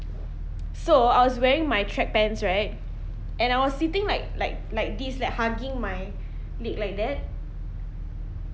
so I was wearing my track pants right and I was sitting like like like these like hugging my leg like that